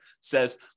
says